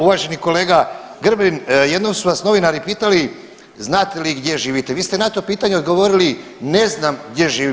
Uvaženi kolega Grbin jednom su vas novinari pitali znate li gdje živite, vi ste na to pitanje odgovorili ne znam gdje živim.